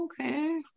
okay